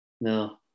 No